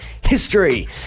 History